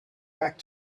back